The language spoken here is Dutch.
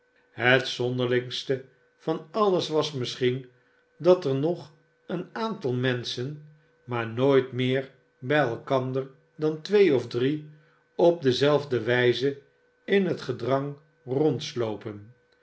het zonderlingste van alles was misschien dat er nog een aantal menschen maar nooit meer bij elkander dan twee of drie op dezelfde wijze in het gedrang rondslopen